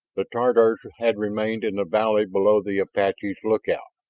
the tatars had remained in the valley below the apaches' lookout.